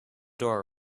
door